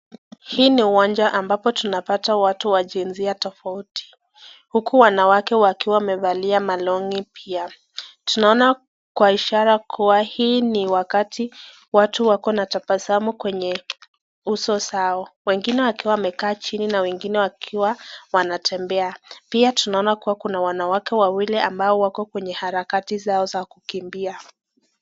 Huu ni uwanja ambapo tunapata watu wa jinsia tofauti. Huku wanawake wakiwa wamevalia malong'i pia. Tunaona kwa ishara kua hii ni wakati wako na tabasamu kwenye uso zao. Wengine wakiwa wamekaa chini na wengine wakiwa wanatembea. Pia tunaona pia kuna wanawake wawili ambapo wako kwenye harakati zao za kukimbia.